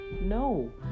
no